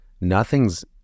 nothing's